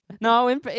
No